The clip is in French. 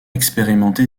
expérimenter